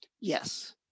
Yes